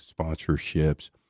sponsorships